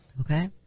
okay